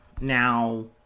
Now